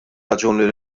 raġuni